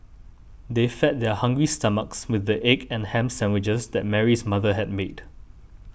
they fed their hungry stomachs with the egg and ham sandwiches that Mary's mother had made